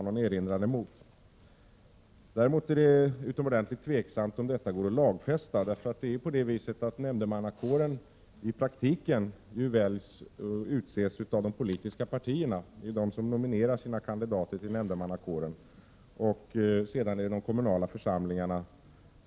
Det är däremot utomordentligt tveksamt huruvida detta går att lagfästa, eftersom nämndemannakåren i praktiken utses av de politiska partierna. Det är de politiska partierna som nominerar kandidaterna, och sedan förrättas själva valet av de kommunala församlingarna.